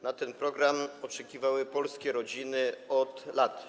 Na ten program oczekiwały polskie rodziny od lat.